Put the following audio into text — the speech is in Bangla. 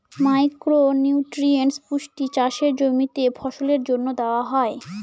মাইক্রো নিউট্রিয়েন্টস পুষ্টি চাষের জমিতে ফসলের জন্য দেওয়া হয়